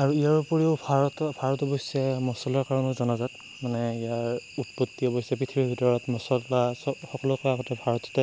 আৰু ইয়াৰ উপৰিও ভাৰতৰ ভাৰত অৱশ্যে মছলাৰ কাৰণে জনাজাত মানে ইয়াৰ উৎপত্তি অৱশ্যে পৃথিৱীৰ ভিতৰত মছলা চ সকলোতকৈ আগতে ভাৰততে